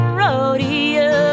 rodeo